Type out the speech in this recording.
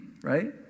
right